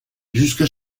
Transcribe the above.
jusque